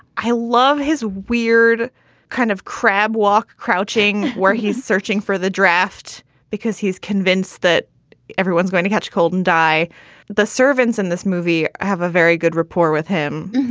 i love his weird kind of crab walk, crouching where he's searching for the draft because he's convinced that everyone's going to catch cold and die the servants in this movie have a very good rapport with him,